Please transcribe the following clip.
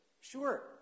Sure